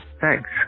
Thanks